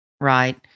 Right